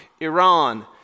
Iran